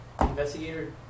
Investigator